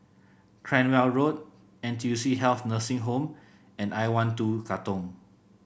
Cranwell Road N T U C Health Nursing Home and I one two Katong